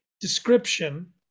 description